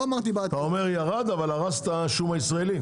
אתה אומר: ירד, אבל הרס את השום הישראלי.